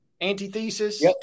antithesis